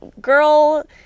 Girl